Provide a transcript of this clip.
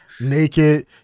Naked